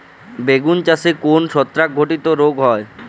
বেগুন গাছে কোন ছত্রাক ঘটিত রোগ হয়?